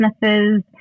businesses